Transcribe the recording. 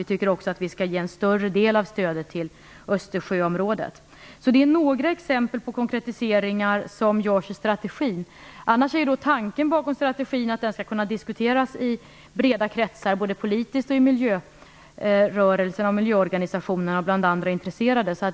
Vi tycker också att vi skall ge en större del av stödet till Östersjöområdet. Det är några exempel på konkretiseringar som görs i strategin. Annars är tanken bakom strategin att den skall kunna diskuteras i breda kretsar, både politiskt och i miljörörelsen, av miljöorganisationer och andra intresserade.